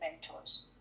mentors